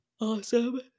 awesome